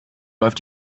läuft